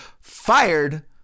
fired